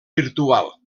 virtual